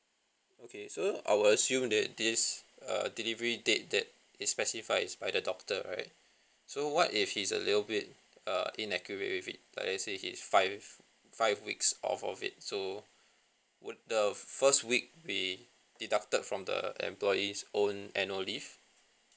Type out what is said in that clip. okay so I will assume the this uh delivery date that is specified is by the doctor right so what if he's a little bit uh inaccurate with it like let's say he's five five weeks off of it so would the first week be deducted from the employee's own annual leave